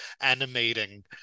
animating